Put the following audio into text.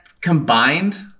combined